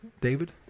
David